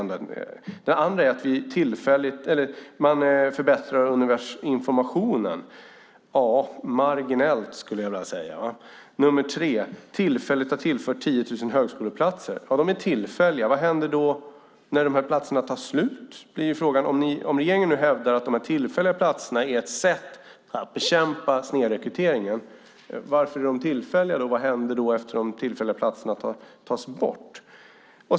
Vidare förbättrar regeringen informationen. Ja, marginellt, skulle jag vilja säga. Sedan har man tillfälligt tillfört 10 000 högskoleplatser. Ja, de är tillfälliga. Vad händer när dessa platser tar slut? Om regeringen hävdar att de tillfälliga platserna är ett sätt att bekämpa snedrekryteringen, varför är de då tillfälliga? Vad händer när de tillfälliga platserna tas bort?